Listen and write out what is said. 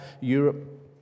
Europe